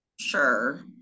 Sure